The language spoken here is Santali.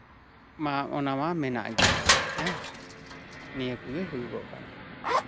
ᱢᱟ ᱚᱱᱟ ᱢᱟ ᱢᱮᱱᱟᱜ ᱜᱮ ᱦᱮᱸ ᱱᱤᱭᱟᱹ ᱠᱚᱜᱮ ᱦᱩᱭᱩᱜᱚᱜ ᱠᱟᱱᱟ